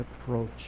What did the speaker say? approach